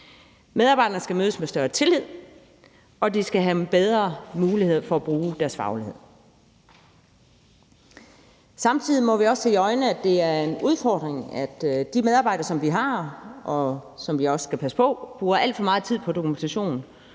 Medarbejderne skal mødes med større tillid, og de skal have bedre mulighed for at bruge deres faglighed. Samtidig må vi også se i øjnene, at det er en udfordring, at de medarbejdere, som vi har, og som vi også skal passe på, bruger alt for meget tid på dokumentation